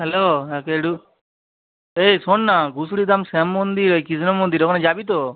hello হ্যাঁ কেলটু এই শোন না ঘুসুরিধাম শ্যাম মন্দির ওই কৃষ্ণ মন্দির ওখানে যাবি তো